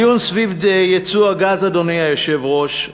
הדיון סביב יצוא הגז, אדוני היושב-ראש,